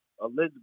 Elizabeth